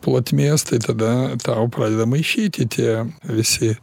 plotmės tai tada tau pradeda maišyti tie visi